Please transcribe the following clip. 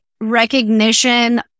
recognition